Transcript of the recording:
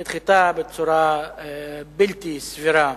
היא נדחתה בצורה בלתי סבירה